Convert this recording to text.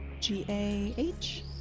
G-A-H